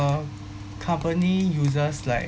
company uses like